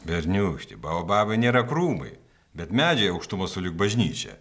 berniūkšti baobabai nėra krūmai bet medžiai aukštumo sulig bažnyčia